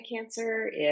cancer